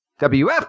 WF